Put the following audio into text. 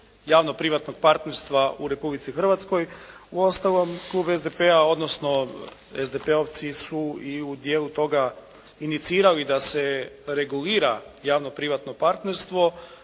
javno-privatnog partnerstva u Republici Hrvatskoj. Uostalom klub SDP-a, odnosno SDP-ovci su i u dijelu toga inicirali da se regulira javno privatno partnerstvo.